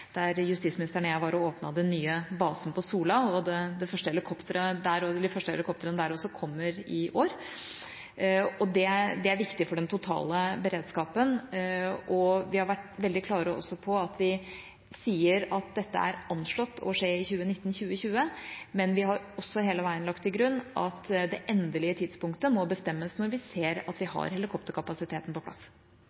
der i år, og det er viktig for den totale beredskapen. Vi har vært veldig klare på at vi sier at dette er «anslått» å skje i 2019–2020, men vi har hele tida lagt til grunn at det endelige tidspunktet må bestemmes når vi ser at vi